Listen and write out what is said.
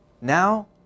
Now